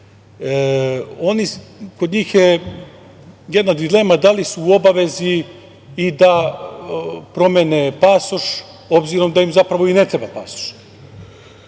kod njih je jedna dilema da li su u obavezi i da promene pasoš, obzirom da im, zapravo, i ne treba pasoš. Dakle,